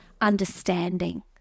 understanding